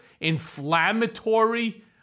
inflammatory